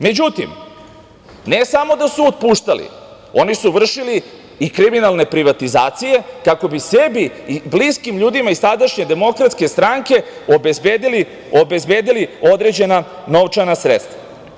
Međutim, ne samo da su otpuštali, oni su vršili i kriminalne privatizacije, kako bi sebi i bliskim ljudima iz tadašnje Demokratske stranke obezbedili određena novčana sredstva.